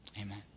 Amen